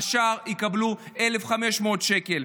והשאר יקבלו 1,500 שקל.